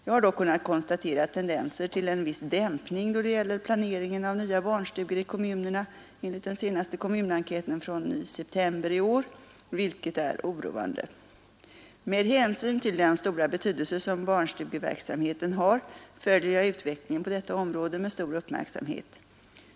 Jag har dock kunnat konstatera tendenser till en viss dämpning då det gäller planeringen av nya barnstugor i kommunerna enligt den senaste kommunenkäten från september i år vilket är oroande. Med hänsyn till den stora betydelse som barnstugeverksamheten har följer jag utvecklingen på detta område med stor uppmärksamhet.